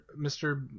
Mr